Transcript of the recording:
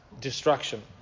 destruction